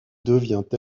devient